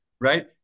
right